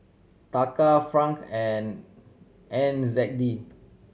taka franc and N Z D